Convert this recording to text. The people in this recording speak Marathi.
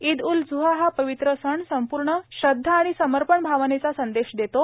ईद उल झुहा हा पवित्र सण पूर्ण श्रध्दा आणि समर्पण आवनेचा संदेश देतो